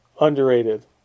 underrated